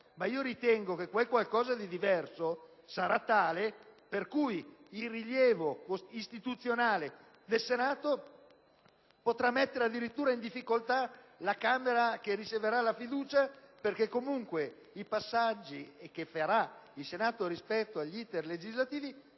ma ritengo che quel qualcosa di diverso sarà tale per cui il rilievo istituzionale del Senato potrà mettere addirittura in difficoltà la Camera che esprime la fiducia, perché comunque i passaggi di cui si occuperà il Senato rispetto agli *iter* legislativi,